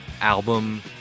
album